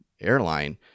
airline